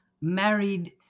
married